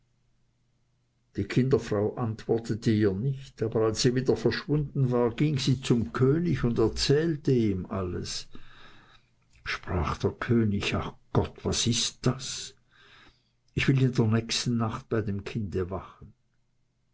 die kinderfrau antwortete ihr nicht aber als sie wieder verschwunden war ging sie zum könig und erzählte ihm alles sprach der könig ach gott was ist das ich will in der nächsten nacht bei dem kinde wachen